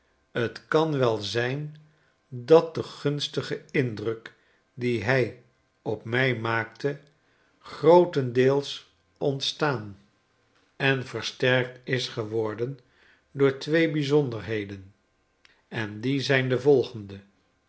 t kan wel zijn dat de gunstige indruk dien hij op mij maakte grootendeels ontstaan en verheb hooren aanroeren door eenigen predikervan die